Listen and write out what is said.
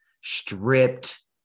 stripped